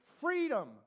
freedom